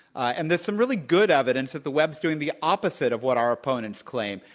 and there's some really good evidence that the web's doing the opposite of what our opponents claim,